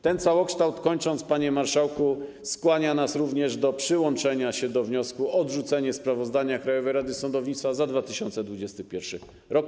Ten całokształt - kończąc, panie marszałku - skłania nas do przyłączenia się do wniosku o odrzucenie sprawozdania Krajowej Rady Sądownictwa za 2021 r.